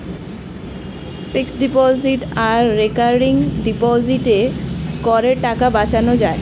fixed deposit আর recurring ডিপোজিটে করের টাকা বাঁচানো যায়